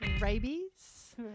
Rabies